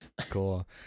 Cool